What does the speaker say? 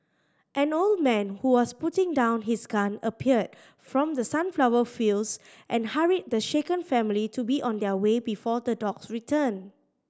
an old man who was putting down his gun appeared from the sunflower fields and hurried the shaken family to be on their way before the dogs return